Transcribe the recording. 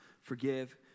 forgive